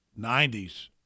90s